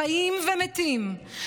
חיים ומתים,